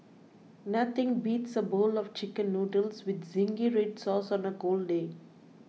nothing beats a bowl of Chicken Noodles with Zingy Red Sauce on a cold day